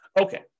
Okay